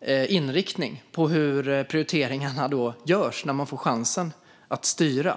vilken inriktning man har och vilka prioriteringar man gör när man får chansen att styra.